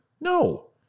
No